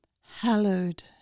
Hallowed